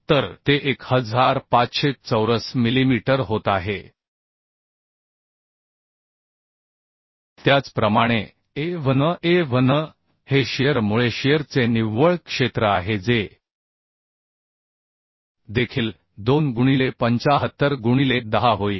तर ते 1500 चौरस मिलीमीटर होत आहे त्याचप्रमाणे a v n a v n हे शिअर मुळे शिअर चे निव्वळ क्षेत्र आहे जे देखील 2 गुणिले 75 गुणिले 10 होईल